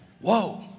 Whoa